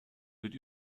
wird